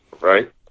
right